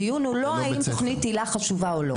הדיון הוא לא האם תוכנית היל"ה חשובה או לא.